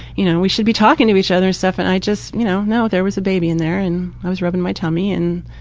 you know, we should be talking to each other and stuff and i just, you know, no, there was a baby in there and i was rubbing my tummy and